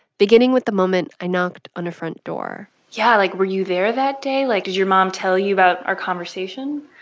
beginning with the moment i knocked on her front door yeah. like, were you there that day? like, did your mom tell you about our conversation?